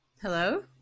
Hello